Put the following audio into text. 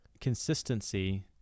consistency